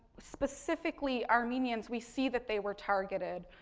specifically, armenians, we see that they were targeted,